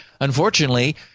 unfortunately